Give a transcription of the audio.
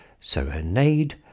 Serenade